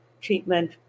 treatment